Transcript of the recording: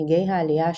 ממנהיגי העלייה השנייה,